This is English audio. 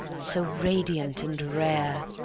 so radiant and rare,